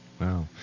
Wow